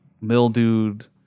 mildewed